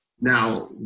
Now